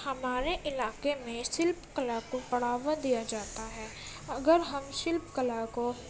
ہمارے علاقے میں سلپ کلا کو بڑھاوا دیا جاتا ہے اگر ہم سلپ کلا کو